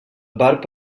barb